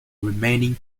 remaining